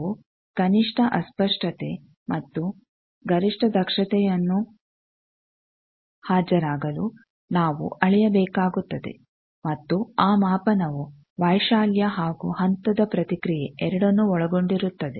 ನಾವು ಕನಿಷ್ಠ ಅಸ್ಪಷ್ಟತೆ ಮತ್ತು ಗರಿಷ್ಠ ದಕ್ಷತೆಯನ್ನು ಹಾಜರಾಗಲು ನಾವು ಅಳೆಯಬೇಕಾಗುತ್ತದೆ ಮತ್ತು ಆ ಮಾಪನವು ವೈಶಾಲ್ಯ ಹಾಗೂ ಹಂತದ ಪ್ರತಿಕ್ರಿಯೆ ಎರಡನ್ನೂ ಒಳಗೊಂಡಿರುತ್ತದೆ